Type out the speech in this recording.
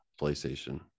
PlayStation